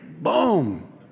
boom